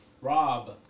Rob